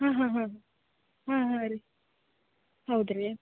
ಹಾಂ ಹಾಂ ಹಾಂ ಹಾಂ ಹಾಂ ರೀ ಹೌದ್ರಿ